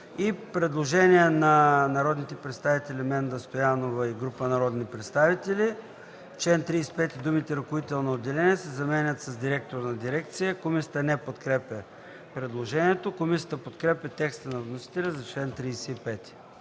Предложение на народния представител Менда Стоянова и група народни представители: „В чл. 35 думите „ръководител на отделение” се заменят с „директор на дирекция”.” Комисията не подкрепя предложението. Комисията подкрепя текста на вносителя за чл. 35.